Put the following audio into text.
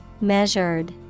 Measured